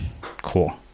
Cool